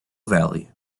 valley